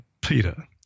Peter